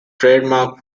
trademark